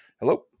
Hello